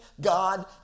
God